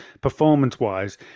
performance-wise